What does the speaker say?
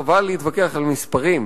חבל להתווכח על מספרים,